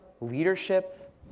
leadership